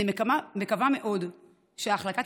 אני מקווה מאוד שההחלטה